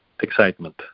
excitement